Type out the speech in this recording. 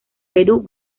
perú